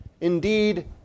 indeed